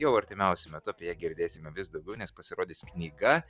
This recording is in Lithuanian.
jau artimiausiu metu apie ją girdėsime vis daugiau nes pasirodys knyga